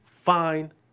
fine